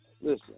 Listen